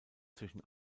zwischen